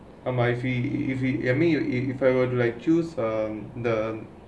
uh my fee if you I mean if I were to like choose uh the